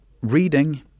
reading